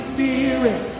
Spirit